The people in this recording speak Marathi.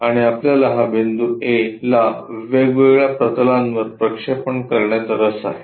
आणि आपल्याला या बिंदू A ला वेगवेगळ्या प्रतलांवर प्रक्षेपण करण्यात रस आहे